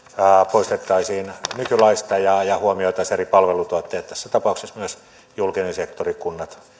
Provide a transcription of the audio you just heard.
poistettaisiin nykylaista ja ja huomioitaisiin eri palveluntuottajat tässä tapauksessa myös julkinen sektori kunnat